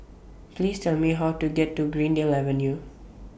Please Tell Me How to get to Greendale Avenue